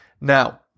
Now